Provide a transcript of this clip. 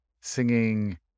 singing